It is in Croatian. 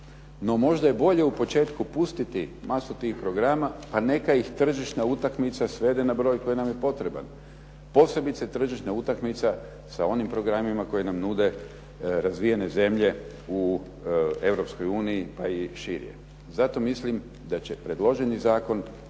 No, možda je bolje u početku pustiti masu tih programa pa neka ih tržišna utakmica svede na broj koji nam je potreban. Posebice tržišna utakmica sa onim programima koji nam nude razvijene zemlje u Europskoj uniji pa i šire. Zato mislim da će predloženi zakon